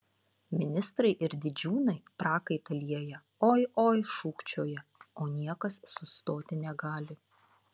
ministrai ir didžiūnai prakaitą lieja oi oi šūkčioja o niekas sustoti negali